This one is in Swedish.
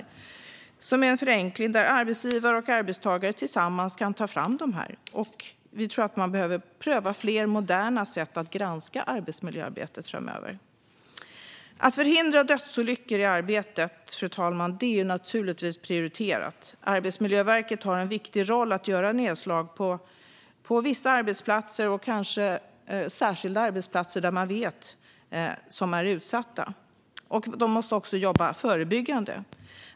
Det innebär en förenkling, där arbetsgivare och arbetstagare tillsammans tar fram dessa dokument. Man behöver pröva fler moderna sätt att granska arbetsmiljöarbetet framöver. Fru talman! Att förhindra dödsolyckor i arbetet är naturligtvis prioriterat. Arbetsmiljöverket har en viktig roll i att göra nedslag på vissa arbetsplatser och kanske särskilt på sådana arbetsplatser som man vet är utsatta. De måste också jobba förebyggande.